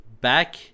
back